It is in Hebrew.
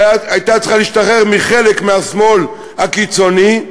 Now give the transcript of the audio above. שהייתה צריכה להשתחרר מחלק מהשמאל הקיצוני.